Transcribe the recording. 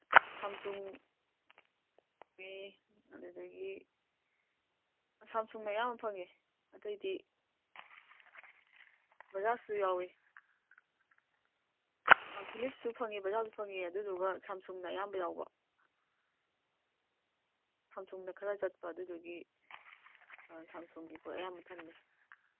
Samsung ꯂꯩ ꯑꯗꯨꯗꯒꯤ ꯁꯝꯁꯨꯡꯅ ꯑꯌꯥꯝꯕ ꯐꯪꯉꯦ ꯑꯇꯩꯗꯤ ꯕꯖꯥꯖꯁꯨ ꯌꯥꯎꯋꯤ ꯐꯤꯂꯤꯞꯁꯨ ꯐꯪꯉꯦ ꯕꯖꯥꯖꯁꯨ ꯐꯪꯉꯦ ꯑꯗꯨꯗꯨꯒ ꯁꯝꯁꯨꯡꯅ ꯑꯌꯥꯝꯕ ꯌꯥꯎꯕ ꯁꯝꯁꯨꯡꯅ ꯈꯔ ꯆꯠꯄ ꯑꯗꯨꯗꯨꯒꯤ ꯁꯝꯁꯨꯡꯒꯤ ꯄꯣꯠ ꯑꯌꯥꯝꯕ ꯊꯝꯃꯤ